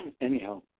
anyhow